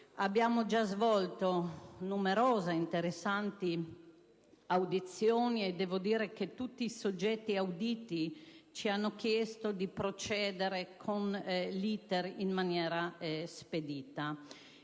Abbiamo già svolto numerose, interessanti audizioni e tutti i soggetti auditi ci hanno chiesto di procedere in maniera spedita.